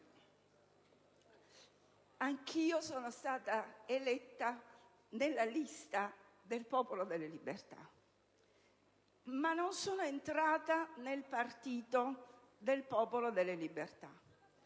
Anch'io sono stata eletta nella lista «Il Popolo della Libertà», ma non sono entrata nel partito «Il Popolo della Libertà»,